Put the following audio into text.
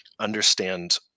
understand